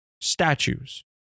statues